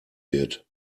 wird